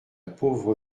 pauvre